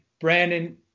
Brandon